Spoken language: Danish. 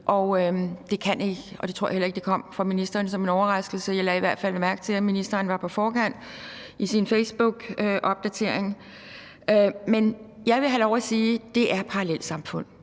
overraskelse, og det tror jeg heller ikke det gjorde for ministeren – jeg lagde i hvert fald mærke til, at ministeren var på forkant i sin facebookopdatering. Men jeg vil have lov at sige, at det skyldes parallelsamfundene.